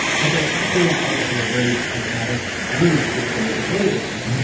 but they're also part of a very pragmatic drainage system for buildings.